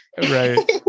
Right